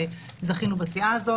וזכינו בתביעה הזאת.